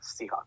Seahawks